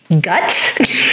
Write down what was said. gut